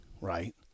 Right